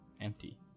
empty